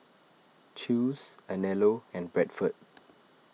Chew's Anello and Bradford